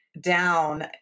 down